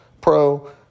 pro